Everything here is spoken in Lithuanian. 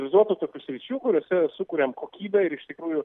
visokių tokių sričių kuriose sukuriam kokybę ir iš tikrųjų